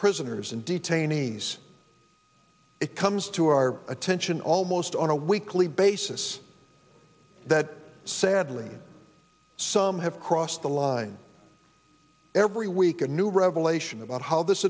prisoners and detainees it comes to our attention almost on a weekly basis that sadly some have crossed the line every week a new revelation about how this